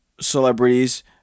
celebrities